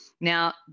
Now